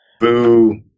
Boo